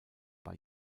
bei